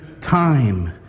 time